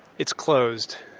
it's closed.